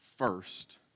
first